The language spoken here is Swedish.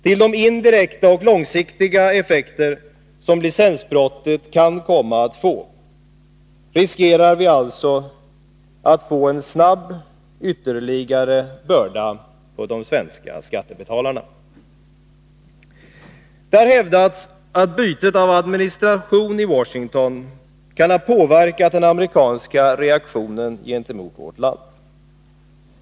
Till de indirekta och långsiktiga effekter som licensbrottet kan komma att få riskerar vi alltså att få en snabb ytterligare börda på de svenska skattebetalarna. Det har hävdats att bytet av administration i Washington kan ha påverkat den amerikanska reaktionen gentemot vårt land.